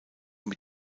mit